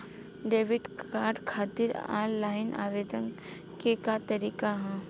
Debit card खातिर online आवेदन के का तरीकि ह?